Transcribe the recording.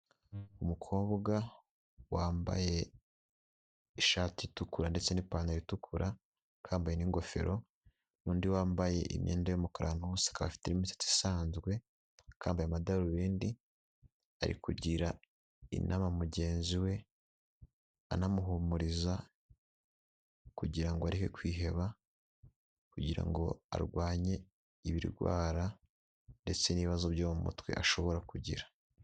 Umukobwa wambaye ishati itukura, ndetse n'ipantaro itukura, akaba yambaye n'ingofero, n'undi wambaye imyenda y'umukara ahantu hose akaba afite n'imisatsi isanzwe, akaba yambaye amadarubindi, ari kugira inama mugenzi we, anamuhumuriza, kugira ngo areke kwiheba, kugira ngo arwanye ibirwara, ndetse n'ibibazo byo mu mutwe ashobora kugira.